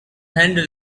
handle